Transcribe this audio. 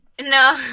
No